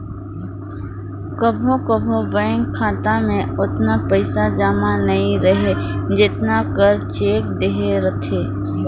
कभों कभों बेंक खाता में ओतना पइसा जमा नी रहें जेतना कर चेक देहे रहथे